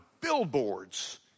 billboards